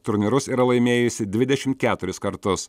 turnyrus yra laimėjusi dvidešim keturis kartus